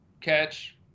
catch